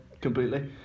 completely